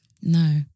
no